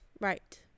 Right